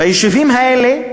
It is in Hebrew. ביישובים האלה,